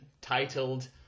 titled